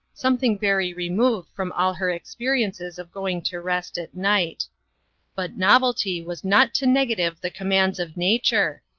something very removed from all her experiences of going to rest at night but novelty was not to negative the commands of nature,